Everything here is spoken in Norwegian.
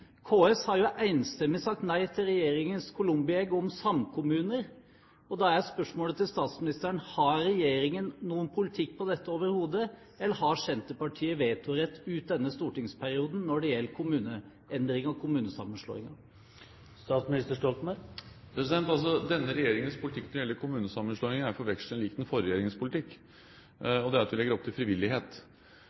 KS har enstemmig sagt nei til regjeringens columbi egg om samkommuner, og da er spørsmålet til statsministeren: Har regjeringen noen politikk for dette overhodet, eller har Senterpartiet vetorett ut denne stortingsperioden når det gjelder kommuneendringer og kommunesammenslåinger? Denne regjeringens politikk når det gjelder kommunesammenslåinger, er til forveksling lik den forrige regjeringens politikk, og det er at vi legger opp til frivillighet.